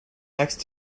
next